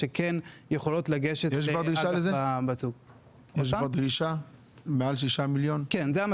שכן יכולות לגשת לאג"ח --- יש דרישה למעל 6 מיליון ₪?